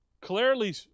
clearly